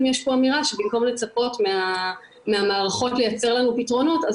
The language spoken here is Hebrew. יש פה אמירה שבמקום לצפות מהמערכות לייצר לנו פתרונות,